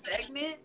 segment